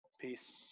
peace